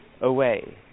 away